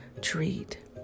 treat